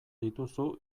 dituzu